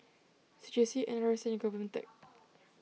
C J C N R I C and Govtech